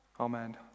Amen